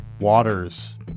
Waters